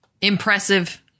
impressive